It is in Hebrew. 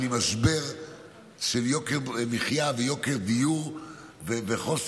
אבל עם משבר של יוקר מחיה ויוקר דיור וחוסר